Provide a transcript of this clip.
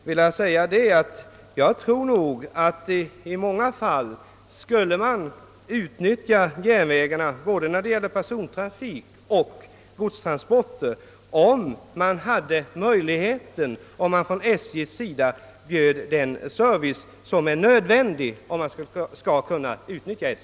Gentemot det vill jag erinra om att man nog i många fall skulle utnyttja järnvägarna för både persontrafik och godstransporter, om SJ bjöde den service som är nödvändig för att man skall kunna göra det.